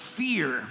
fear